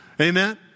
Amen